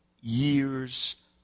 years